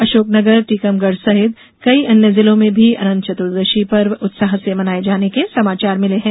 अशोकनगर टीकमगढ़ सहित कई अन्य जिलों में भी अनंत चतुदर्शी पर्व उत्साह से मनाए जाने के समाचार मिले हैं